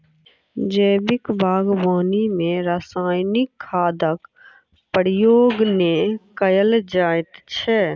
जैविक बागवानी मे रासायनिक खादक प्रयोग नै कयल जाइत छै